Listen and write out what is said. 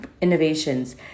innovations